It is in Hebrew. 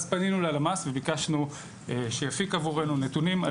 אז פנינו ללמ״ס וביקשנו שיפיק עבורנו נתונים על